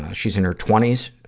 ah she's in her twenty s, ah,